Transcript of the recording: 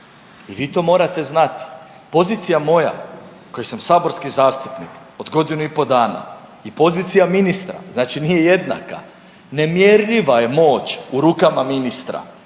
i vi to morate znati. Pozicija moja koji sam saborski zastupnik od godinu i pol dana i pozicija ministra znači nije jednaka. Nemjerljiva je moć u rukama ministra,